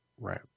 Right